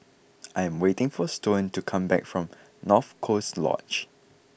I am waiting for Stone to come back from North Coast Lodge